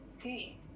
Okay